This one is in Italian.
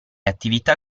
attività